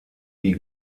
die